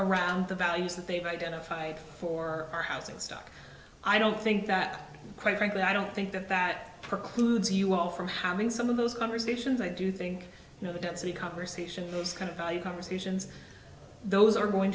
around the values that they've identified for our housing stock i don't think that quite frankly i don't think that that precludes you all from having some of those conversations i do think you know the density conversation of those kind of value conversations those are going